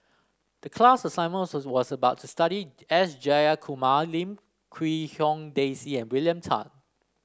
the class assignment was was about to study S Jayakumar Lim Quee Hong Daisy and William Tan